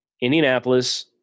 Indianapolis